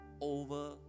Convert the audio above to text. over